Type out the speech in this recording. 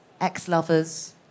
ex-lovers